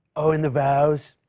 oh, and the vows.